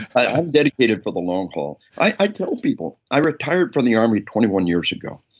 i'm dedicated for the long haul. i tell people, i retired from the army twenty one years ago.